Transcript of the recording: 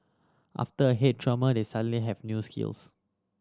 after a head trauma they suddenly have new skills